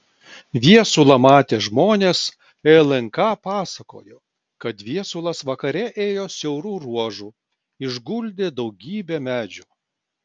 viesulą matę žmonės lnk pasakojo kad viesulas vakare ėjo siauru ruožu išguldė daugybė medžių